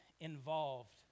Involved